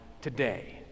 today